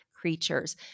creatures